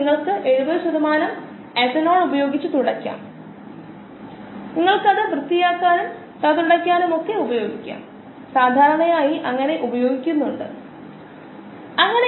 Luedeking Piret model ഇതുപോലെ ആണ് rpαrxβx ഉൽപ്പന്ന രൂപവത്കരണ നിരക്ക് വളർച്ചയെ ആശ്രയിച്ചുള്ള പാരാമീറ്ററിനെ കോശങ്ങളുടെ വളർച്ചയുടെ നിരക്കുകൊണ്ട് ഗുണിച്ചതും വളർച്ചയുടെ സ്വതന്ത്ര പാരാമീറ്ററിനെ കോശങ്ങളുടെ സാന്ദ്രതയേക്കാളും കൊണ്ട് ഗുണിച്ചതും കൂട്ടി യതാകുന്നു